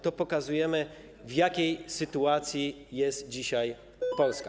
To pokazuje, w jakiej sytuacji jest dzisiaj Polska.